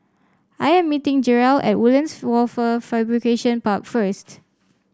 I am meeting Jerel at Woodlands Wafer Fabrication Park first